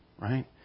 right